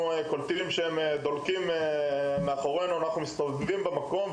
שם קלטנו שהם דולקים אחרינו ופשוט הסתובבנו במקום,